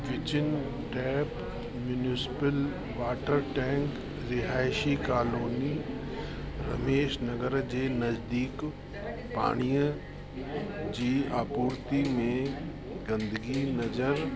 kitchen tap municipal water tank रिहाइशी कालौनी रमेश नगर जे नज़दीक पाणीअ जी आपूर्ति में गंदगी नज़र